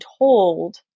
told